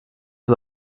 das